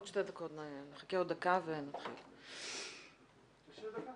אני לא מומחה ובקיא בדברים האלה.